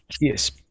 Yes